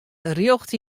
rjocht